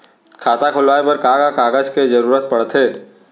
खाता खोलवाये बर का का कागज के जरूरत पड़थे?